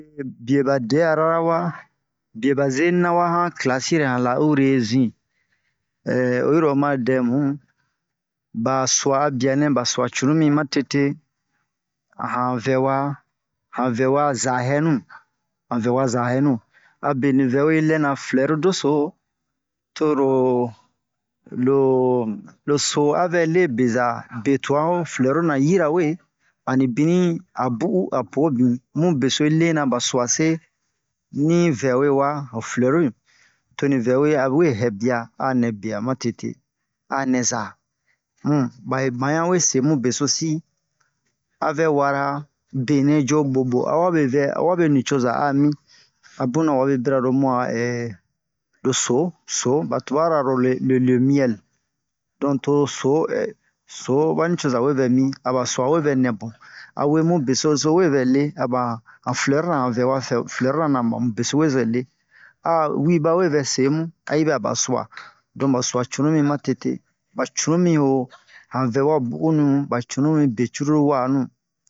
bie bie ba deara wa bie ba zenia'rawa klasira na laurezi ee oyi ro o ma dem ba sua a bia nɛ ba sua cunu mi matete han vɛwa han wɛwa zahɛnu han wɛwa zahɛnu a be li vɛwe lɛna flɛru dɛso toro lo loso a vɛ le beza betu'an flɛru na yira we a bugu a po bi mu beso hi lena ba su'a se ni vɛwe wa li flɛru to li vɛwe ali we hɛ bia a nɛ bia matete a nɛ za un ba'i ɲan we so mun besosi a vɛ wara benɛ jo bobo awabe vɛ awabe nicoza a mi a buna wabe bra lo buya ee loso so ba tubara lo le miel dɔn to so so ba nucoza vɛ le mi aba su'a vɛ nɛ bun awe mun beso so we vɛ le aba an flɛru la an vɛwe flɛru la un beso we zo le a wi bawe vɛ se mu ayi bɛ an su'a cunumi matete ba cunumi an vɛwe buhunu an cunumi becururu wa'anu